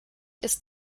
ist